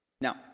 Now